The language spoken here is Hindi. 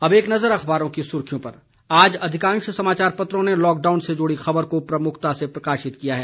अब एक नजर अखबारों की सुर्खियों पर आज अधिकांश समाचार पत्रों ने लॉकडाउन से जुड़ी खबर को प्रमुखता से प्रकाशित किया है